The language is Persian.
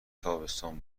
تابستان